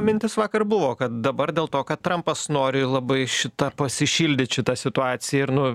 mintis vakar buvo kad dabar dėl to kad trampas nori labai šitą pasišildyt šita situacija ir nu